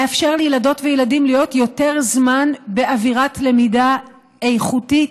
לאפשר לילדות וילדים להיות יותר זמן באווירת למידה איכותית,